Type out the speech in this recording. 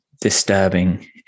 disturbing